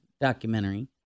documentary